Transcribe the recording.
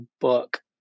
book